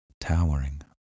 towering